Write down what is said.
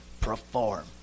Perform